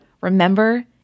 remember